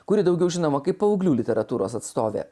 kuri daugiau žinoma kaip paauglių literatūros atstovė